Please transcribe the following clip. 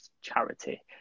charity